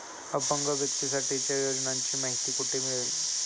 अपंग व्यक्तीसाठीच्या योजनांची माहिती कुठे मिळेल?